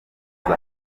mazi